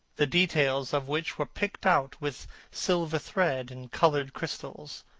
the details of which were picked out with silver thread and coloured crystals.